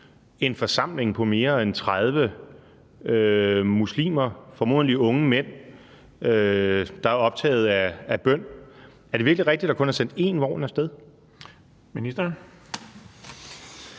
en forsamling på mere end 30 muslimer, formodentlig unge mænd, der er optaget af bøn, i Århus Vest? Er det virkelig rigtigt, at der kun er sendt én vogn af sted?